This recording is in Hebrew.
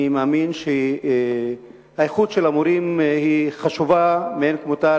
אני מאמין שאיכות המורים היא חשובה מאין כמותה